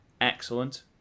excellent